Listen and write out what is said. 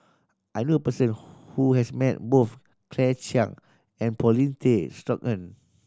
I know a person who has met both Claire Chiang and Paulin Tay Straughan